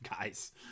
guys